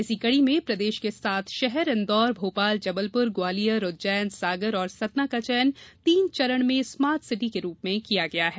इसी कड़ी में प्रदेश के सात शहर इंदौर भोपाल जबलपुर ग्वालियर उज्जैन सागर और सतना का चयन तीन चरण में स्मार्ट सिटी के रूप में किया गया है